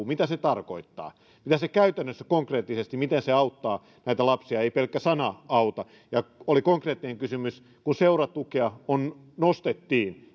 mitä se tarkoittaa miten se käytännössä konkreettisesti auttaa näitä lapsia ei pelkkä sana auta ja konkreettinen kysymys kun seuratukea nostettiin